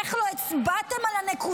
איך לא הצבעתם על הנקודה,